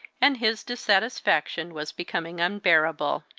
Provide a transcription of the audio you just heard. and his dissatisfaction was becoming unbearable.